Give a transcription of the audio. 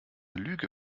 lüge